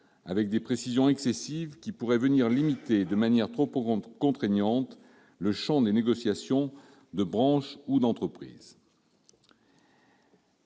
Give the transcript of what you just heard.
des précisions excessives qui pourraient venir limiter de manière trop contraignante le champ des négociations de branche ou d'entreprise.